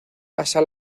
pasa